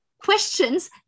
questions